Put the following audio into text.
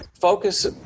focus